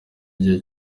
igihe